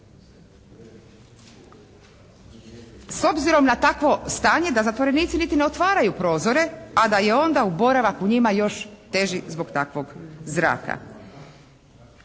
S obzirom na takvo stanje da zatvorenici niti ne otvaraju prozore, a da je onda boravak u njima još teži zbog takvog zraka.